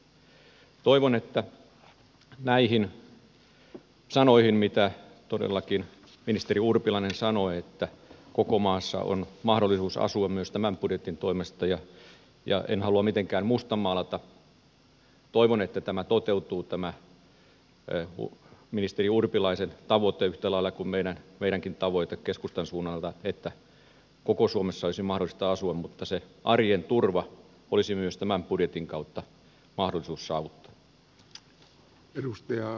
toivon että nämä sanat jotka todellakin ministeri urpilainen sanoi että koko maassa on mahdollisuus asua myös tämän budjetin toimesta enkä halua mitenkään mustamaalata toivon että tämä ministeri urpilaisen tavoite toteutuu yhtä lailla kuin meidänkin tavoitteemme keskustan suunnalta se että koko suomessa olisi mahdollista asua mutta myös se arjen turva olisi tämän budjetin kautta mahdollisuus saavuttaa